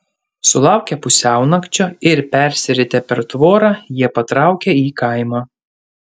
sulaukę pusiaunakčio ir persiritę per tvorą jie patraukė į kaimą